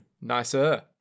nicer